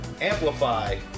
amplify